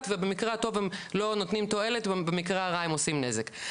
ובמקרה הטוב הם לא נותנים תועלת ובמקרה הרע הם עושים נזק.